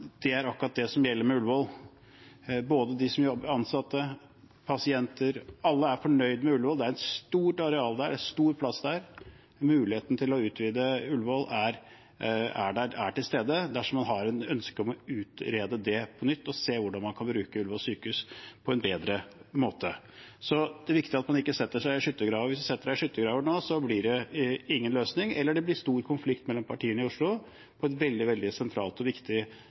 pasienter – alle – er fornøyd med Ullevål. Det er et stort areal der, det er stor plass, og muligheten til å utvide Ullevål er til stede, dersom man har et ønske om å utrede det på nytt og se hvordan man kan bruke Ullevål sykehus på en bedre måte. Det er viktig at man ikke setter seg i skyttergraver. Hvis man setter seg i skyttergraver nå, blir det ingen løsning, eller det blir stor konflikt mellom partiene i Oslo på et veldig sentralt og viktig